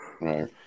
right